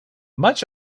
much